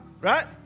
right